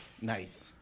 nice